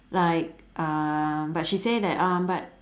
like uh but she say that uh but